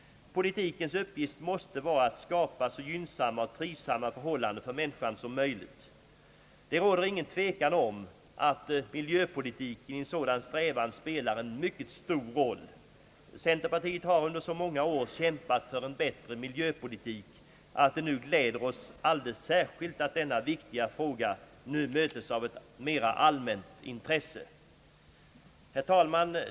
Politikens uppgift måste vara att skapa så gynnsamma och trivsamma förhållanden för människan som möjligt. Det råder ingen tvekan om att miljöpolitiken i en sådan strävan spelar en mycket stor roll. Centerpartiet har under så många år kämpat för en bättre miljöpolitik att det nu gläder oss alldeles särskilt att denna viktiga fråga nu mötes av ett mera allmänt intresse. Herr talman!